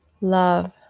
love